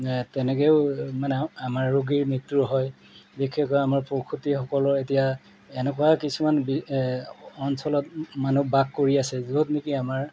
তেনেকৈও মানে আমাৰ ৰোগীৰ মৃত্যু হয় বিশেষকৈ আমাৰ প্ৰসূতীসকলৰ এতিয়া এনেকুৱা কিছুমান বি অঞ্চলত মানুহ বাস কৰি আছে য'ত নেকি আমাৰ